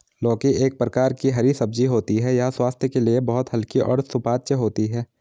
लौकी एक प्रकार की हरी सब्जी होती है यह स्वास्थ्य के लिए बहुत हल्की और सुपाच्य होती है